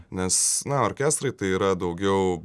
nes na orkestrai tai yra daugiau